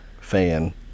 fan